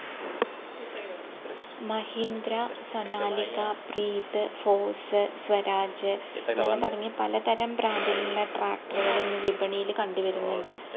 Mahindra Sonalika Preet Force Swaraj അങ്ങനെ തുടങ്ങി പലതരം ബ്രാൻഡിലുള്ള ട്രാക്ടറുകളിന്ന് വിപണിയിൽ കണ്ട് വരുന്നുണ്ട്